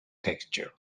texture